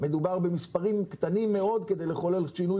אנחנו ממש רואים שחיקה והתדרדרות בכל השירותים